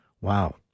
Wow